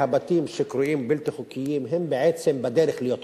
מהבתים שקרויים בלתי חוקיים הם בעצם בדרך להיות חוקיים.